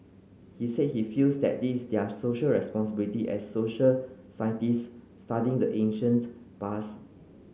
he said he feels that this their Social Responsibility as social scientist studying the ancient past